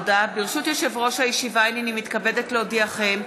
ברשות יושב-ראש הישיבה, הינני מתכבדת להודיעכם,